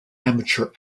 amateur